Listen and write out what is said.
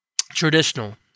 traditional